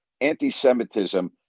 anti-Semitism